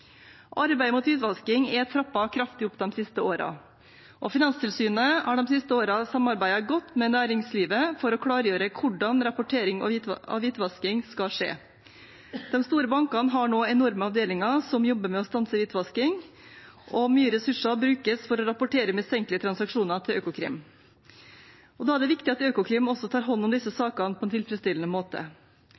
Arbeidet mot hvitvasking er trappet kraftig opp de siste årene, og Finanstilsynet har de siste årene samarbeidet godt med næringslivet for å klargjøre hvordan rapportering av hvitvasking skal skje. De store bankene har nå enorme avdelinger som jobber med å stanse hvitvasking, og mye ressurser brukes for å rapportere mistenkelige transaksjoner til Økokrim. Da er det viktig at Økokrim også tar hånd om disse sakene på en tilfredsstillende måte.